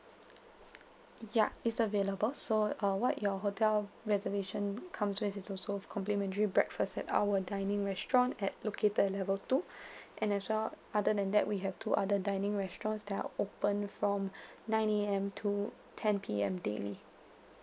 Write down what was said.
ya it's available so uh what your hotel reservation comes with is also complimentary breakfast at our dining restaurant at located at level two and as well other than that we have two other dining restaurants that are open from nine A_M to ten P_M daily